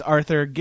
Arthur